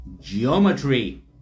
Geometry